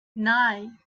nine